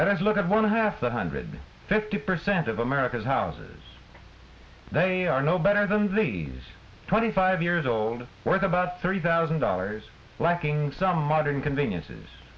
let's look at one half one hundred fifty percent of america's houses they are no better than these twenty five years old worth about thirty thousand dollars lacking some modern conveniences